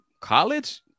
college